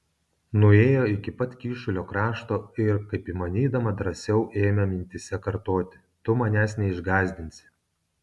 nuėjo iki pat kyšulio krašto ir kaip įmanydama drąsiau ėmė mintyse kartoti tu manęs neišgąsdinsi